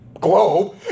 globe